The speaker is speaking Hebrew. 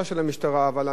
אבל הדברים נעשו,